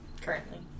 Currently